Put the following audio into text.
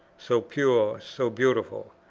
so pure, so beautiful.